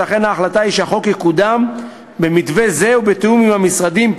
ולכן ההחלטה היא שהחוק יקודם במתווה זה ובתיאום עם המשרדים,